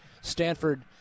Stanford